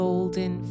Golden